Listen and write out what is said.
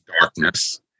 darkness